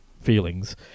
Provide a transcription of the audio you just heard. feelings